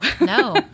no